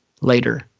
Later